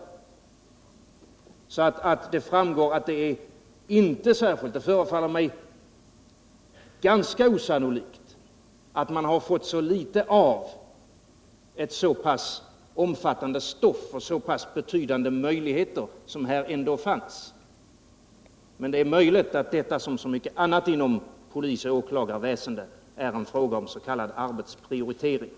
Det förefaller mig ganska osannolikt att man skulle ha fått ut så litet av ett så pass omfattande stoff, med de betydande möjligheter som där ändå fanns. Men det är möjligt att det i detta fall, liksom när det gäller så mycket annat inom polis och åklagarväsendet, är fråga om s.k. arbetsprioritering.